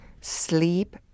Sleep